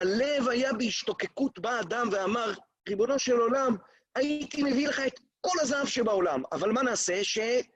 הלב היה בהשתוקקות, בה אדם ואמר, ריבונו של עולם, הייתי מביא לך את כל הזהב שבעולם, אבל מה נעשה ש...